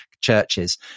churches